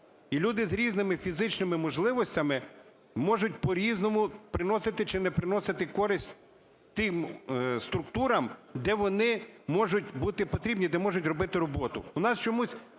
І люди з різними фізичними можливостями можуть по-різному приносити чи не приносити користь тим структурам, де вони можуть бути потрібні, де можуть робити роботу.